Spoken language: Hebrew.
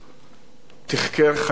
תחקר חייל-חייל.